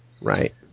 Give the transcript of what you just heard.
right